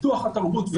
פיתוח התרבות,